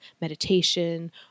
meditation